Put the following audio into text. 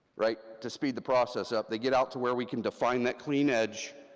right? to speed the process up, they get out to where we can define that clean edge,